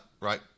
right